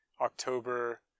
October